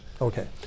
Okay